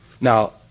Now